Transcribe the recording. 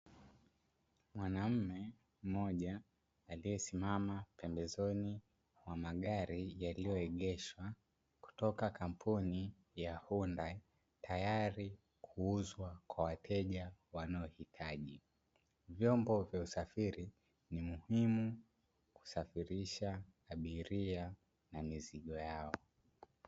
Mwanaume mmoja aliyesimama pembezoni mwa magari yaliyoegeshwa, kutoka kampuni ya "HYUNDAI" tayari kuuzwa kwa wateja wanaohitaji. Vyombo vya usafiri ni muhimu kusafirisha abiria na mizigo yao.